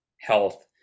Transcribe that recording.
health